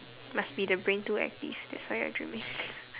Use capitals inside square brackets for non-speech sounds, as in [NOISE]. must be the brain too active that's why I dreaming [BREATH]